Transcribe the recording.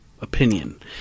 opinion